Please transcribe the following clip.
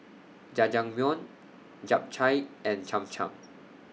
Jajangmyeon Japchae and Cham Cham